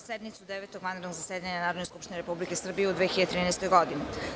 sednicu Devetog vanrednog zasedanja Narodne skupštine Republike Srbije u 2013. godini.